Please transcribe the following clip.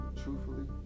truthfully